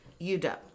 UW